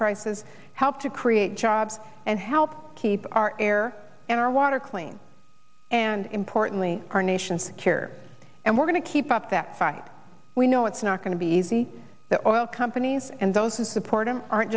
prices help to create jobs and help keep our air and our water clean and importantly our nation secure and we're going to keep up that side we know it's not going to be easy that oil companies and those who support him aren't